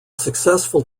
successful